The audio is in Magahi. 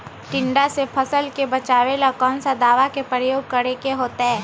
टिड्डा से फसल के बचावेला कौन दावा के प्रयोग करके होतै?